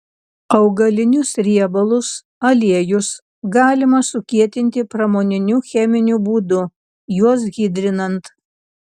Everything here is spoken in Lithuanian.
augalinius riebalus aliejus galima sukietinti pramoniniu cheminiu būdu juos hidrinant